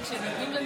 נו,